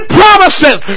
promises